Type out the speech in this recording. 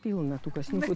pilna tų kasininkų